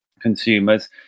consumers